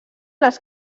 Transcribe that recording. les